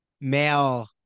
male